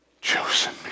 chosen